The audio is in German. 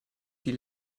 die